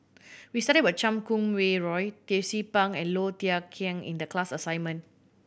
we studied about Chan Kum Wah Roy Tracie Pang and Low Thia Khiang in the class assignment